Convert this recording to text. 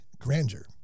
grandeur